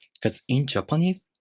because, in japanese,